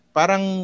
parang